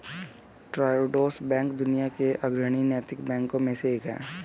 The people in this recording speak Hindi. ट्रायोडोस बैंक दुनिया के अग्रणी नैतिक बैंकों में से एक है